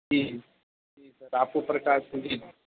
جی آپ کو پرکاش